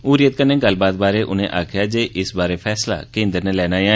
हुर्रियत कन्ने गल्लबात बारै उनें आक्खेया जे इस बारै फैसला केंद्र नै लैना ऐ